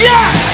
Yes